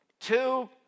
Two